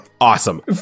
Awesome